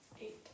Eight